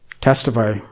Testify